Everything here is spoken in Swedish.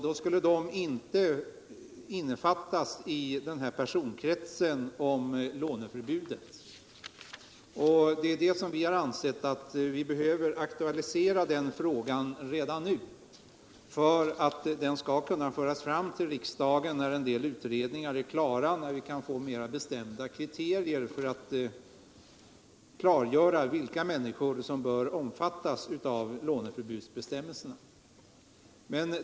Då skulle de alltså inte innefattas i personkretsen för låneförbudet. Vi har ansett att vi behöver aktualisera den 922 frågan redan nu för att den skall kunna föras fram till riksdagen när en del utredningar är klara och vi kan få mera bestämda kriterier för Nr 56 vilka människor som bör omfattas av låneförbudsbestämmelserna.